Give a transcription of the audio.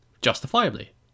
Justifiably